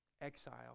exile